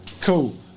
cool